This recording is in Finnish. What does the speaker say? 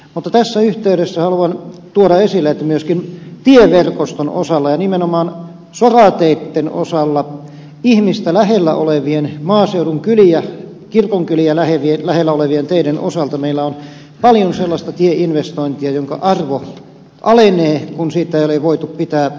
mutta tässä yhteydessä haluan tuoda esille että myöskin tieverkoston osalta ja nimenomaan sorateitten osalta ihmistä maaseudun kyliä kirkonkyliä lähellä olevien teiden osalta meillä on paljon sellaista tieinvestointia jonka arvo alenee kun siitä ei ole voitu pitää huolta